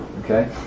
Okay